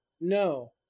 No